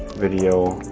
video